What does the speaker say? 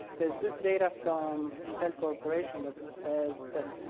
there's this data from intel corporation that says that